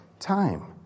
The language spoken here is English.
Time